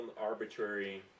arbitrary